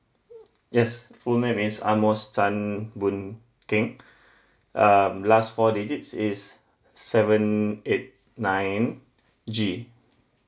yes full name is amos tan boon keng um last four digits is seven eight nine G